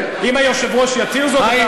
אם היושב-ראש יתיר זאת,